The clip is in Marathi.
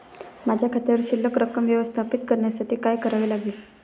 माझ्या खात्यावर शिल्लक रक्कम व्यवस्थापित करण्यासाठी काय करावे लागेल?